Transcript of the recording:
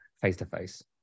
face-to-face